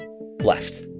left